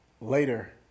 Later